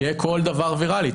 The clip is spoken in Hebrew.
תהיה כל דבר ויראלי,